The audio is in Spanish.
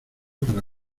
para